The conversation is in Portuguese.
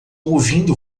ouvindo